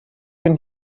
can